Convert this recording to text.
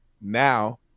Now